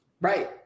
Right